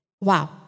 Wow